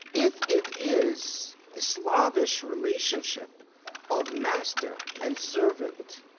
if it is a slavish relationship of master and servant,